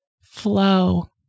Flow